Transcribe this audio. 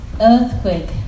earthquake